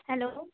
hello